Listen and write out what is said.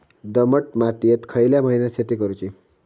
दमट मातयेत खयल्या महिन्यात शेती करुची?